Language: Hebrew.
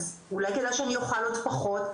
אז אולי כדאי שאני אוכל עוד פחות',